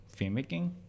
filmmaking